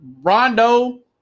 Rondo